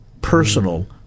personal